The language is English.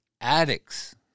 addicts